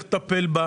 צריך לטפל בה.